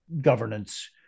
governance